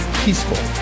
peaceful